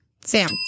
Sam